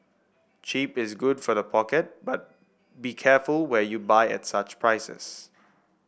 cheap is good for the pocket but be careful where you buy at such prices